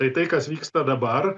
tai tai kas vyksta dabar